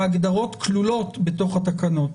ההגדרות כלולות בתוך התקנות.